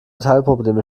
teilprobleme